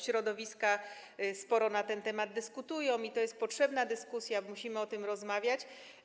Środowiska sporo na ten temat dyskutują i to jest potrzebna dyskusja, musimy o tym rozmawiać.